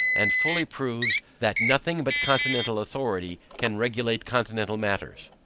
and fully proves, that nothing but continental authority can regulate continental matters.